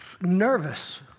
nervous